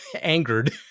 angered